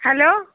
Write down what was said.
hello